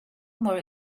more